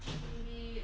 I think maybe